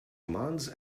commands